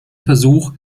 versuch